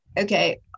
okay